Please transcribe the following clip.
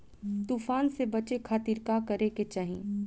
तूफान से बचे खातिर का करे के चाहीं?